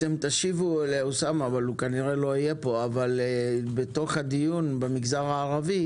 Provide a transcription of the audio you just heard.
תשיבו לאוסאמה הוא כנראה לא יהיה פה אבל בתוך הדיון במגזר הערבי